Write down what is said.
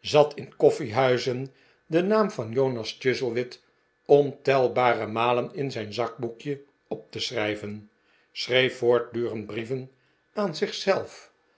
zat in koffiehuizen den naam van jonas chuzzlewit ontelbare malen in zijn zakboekje op te schrijven schreef voortdurend brieven aan